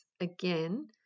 again